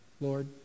Lord